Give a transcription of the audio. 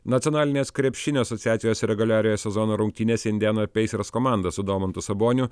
nacionalinės krepšinio asociacijos reguliariojo sezono rungtynėse indianos peisers komanda su domantu saboniu